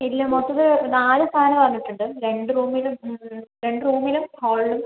ഇല്ല മൊത്തത്തിൽ നാലു ഫാൻ പറഞ്ഞിട്ടുണ്ട് രണ്ടു റൂമിലും രണ്ടു റൂമിലും ഹാളിലും